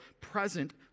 present